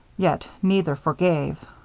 yet, neither forgave.